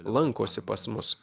lankosi pas mus